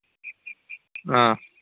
ꯑꯥ